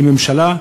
כממשלה,